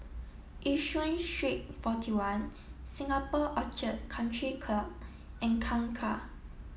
Yishun Street forty one Singapore Orchid Country Club and Kangkar